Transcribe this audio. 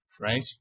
right